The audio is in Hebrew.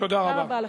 תודה רבה לכם.